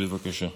בבקשה.